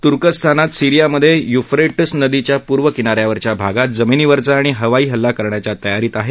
तुर्कस्थान सिरीयामधे युफ्रेटस नदीच्या पूर्व किना यावरच्या भागात जमिनीवरचा आणि हवाई हल्ला करण्याच्या तयारीत आहे